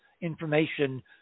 information